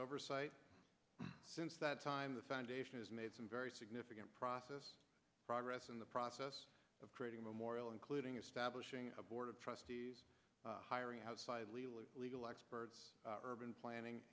oversight since that time the foundation has made some very significant process progress in the process of creating a memorial including establishing a board of trustees hiring house legal experts urban planning